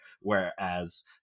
Whereas